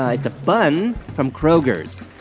ah it's a bun from kroger's.